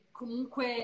comunque